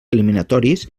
eliminatoris